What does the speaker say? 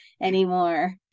anymore